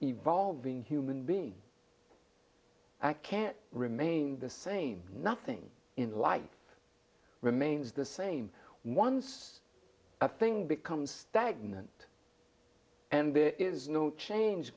evolving human being i can't remain the same nothing in life remains the same once a thing becomes stagnant and there is no change